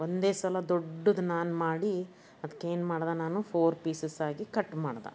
ಒಂದೇ ಸಲ ದೊಡ್ಡದು ನಾನು ಮಾಡಿ ಅದಕ್ಕೆ ಏನು ಮಾಡ್ದೆ ನಾನು ಫೋರ್ ಪೀಸಸ್ ಆಗಿ ಕಟ್ ಮಾಡ್ದೆ